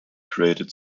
created